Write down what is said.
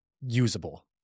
usable